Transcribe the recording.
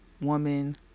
woman